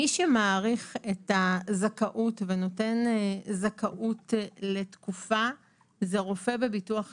מי שמעריך את הזכאות ונותן זכאות לתקופה כלשהי זה רופא בביטוח לאומי.